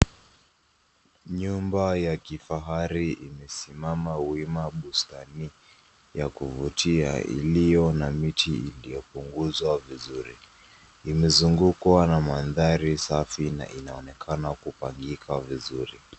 Nyumba ya kifahari imesimama wima bustani ya kuvutia iliyo na miti iliyopunguzwa vizuri. Imezungukwa na mandhari safi na inaonekana kupangika vizuri.